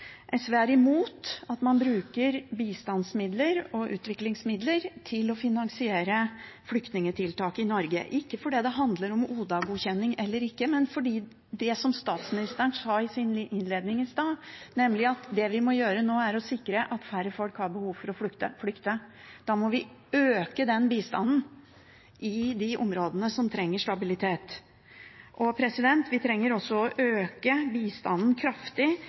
SV er imot at man bruker bistandsmidler og utviklingsmidler til å finansiere flyktningtiltak i Norge – ikke fordi det handler om ODA-godkjenning eller ikke, men på grunn av det som statsministeren sa i sin innledning i stad, nemlig at det vi må gjøre nå, er å sikre at færre folk har behov for å flykte. Da må vi øke bistanden i de områdene som trenger stabilitet. Vi trenger også å øke bistanden kraftig